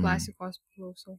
klasikos klausau